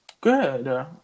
good